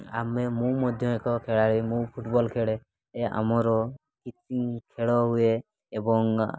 ଆମେ ମୁଁ ମଧ୍ୟ ଏକ ଖେଳାଳି ମୁଁ ଫୁଟ୍ବଲ୍ ଖେଳେ ଆମର କିଛି ଖେଳ ହୁଏ ଏବଂ